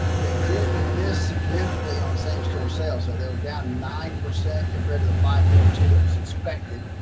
they did miss significantly on same store sales, though they were down nine percent compared to the five point two that was expected,